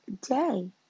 day